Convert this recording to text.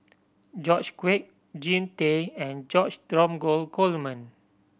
George Quek Jean Tay and George Dromgold Coleman